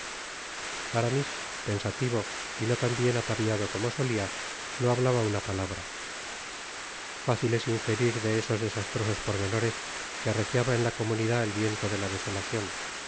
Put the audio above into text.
aramis pensativo y no tambien ataviado como solia no hablaba una palabra fácil es inferir de esos desastrosos pormenores que arreciaba en la comunidad el viento de la desolacion